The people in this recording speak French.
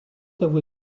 avouer